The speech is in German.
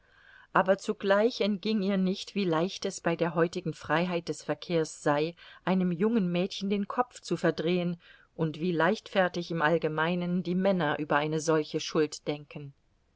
aber zugleich entging ihr nicht wie leicht es bei der heutigen freiheit des verkehrs sei einem jungen mädchen den kopf zu verdrehen und wie leichtfertig im allgemeinen die männer über eine solche schuld denken